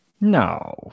No